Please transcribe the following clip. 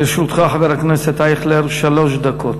לרשותך, חבר הכנסת אייכלר, שלוש דקות.